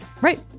Right